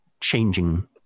changing